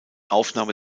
aufnahme